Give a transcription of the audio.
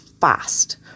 fast